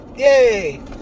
Yay